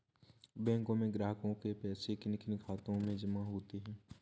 बैंकों में ग्राहकों के पैसे किन किन खातों में जमा होते हैं?